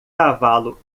cavalo